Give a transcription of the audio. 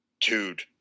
dude